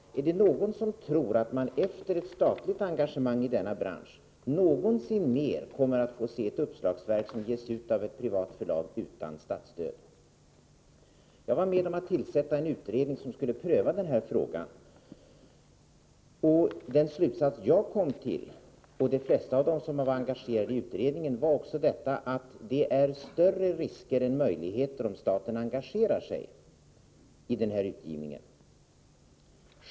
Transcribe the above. Är det någon som tror att man efter ett statligt engagemang i denna bransch någonsin mer kommer att få se ett uppslagsverk, som ges ut av ett privat förlag utan statsstöd? Jag var med om att tillsätta en utredning som skulle pröva denna fråga. Den slutsats som jag kom fram till, liksom de flesta som var engagerade i utredningen, var också denna att det är större risker än möjligheter, om staten engagerar sig i denna utgivning.